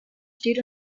steht